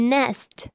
Nest